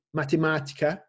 matemática